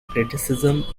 criticisms